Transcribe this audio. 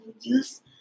Use